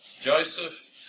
Joseph